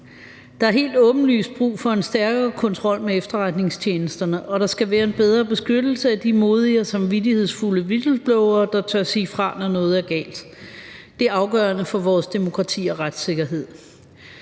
Der er helt åbenlyst brug for en stærkere kontrol med efterretningstjenesterne, og der skal være en bedre beskyttelse af de modige og samvittighedsfulde whistleblowere, der tør sige fra, når noget er galt. Det er afgørende for vores demokrati og retssikkerhed.